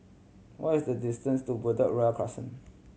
what is the distance to Bedok Ria Crescent